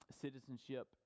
citizenship